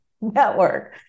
Network